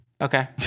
Okay